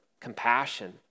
compassion